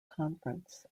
conference